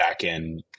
backend